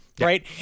Right